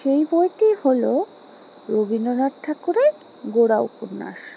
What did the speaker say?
সেই বইটি হলো রবীন্দ্রনাথ ঠাকুরের গোড়া উপন্যাস